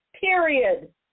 period